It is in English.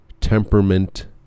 temperament